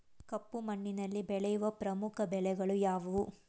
ಕಪ್ಪು ಮಣ್ಣಿನಲ್ಲಿ ಬೆಳೆಯುವ ಪ್ರಮುಖ ಬೆಳೆಗಳು ಯಾವುವು?